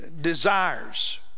desires